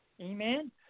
Amen